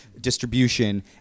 distribution